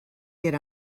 get